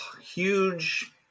huge –